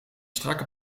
strakke